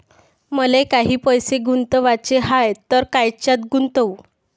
मले काही पैसे गुंतवाचे हाय तर कायच्यात गुंतवू?